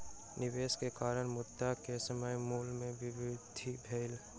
निवेश के कारण, मुद्रा के समय मूल्य में वृद्धि भेल